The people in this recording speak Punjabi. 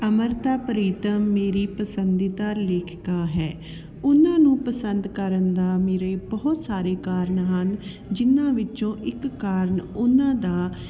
ਅੰਮ੍ਰਿਤਾ ਪ੍ਰੀਤਮ ਮੇਰੀ ਪਸੰਦੀਦਾ ਲੇਖਿਕਾ ਹੈ ਉਨ੍ਹਾਂ ਨੂੰ ਪਸੰਦ ਕਰਨ ਦਾ ਮੇਰੇ ਬਹੁਤ ਸਾਰੇ ਕਾਰਨ ਹਨ ਜਿਨ੍ਹਾਂ ਵਿੱਚੋਂ ਇੱਕ ਕਾਰਨ ਉਨ੍ਹਾਂ ਦਾ